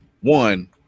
one